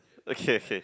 okay okay